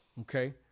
Okay